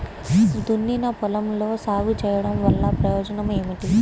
దున్నిన పొలంలో సాగు చేయడం వల్ల ప్రయోజనం ఏమిటి?